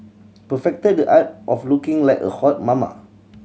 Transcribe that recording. perfected the art of looking like a hot mama